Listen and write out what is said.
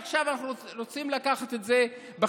עכשיו אנחנו רוצים לקחת את זה בחזרה.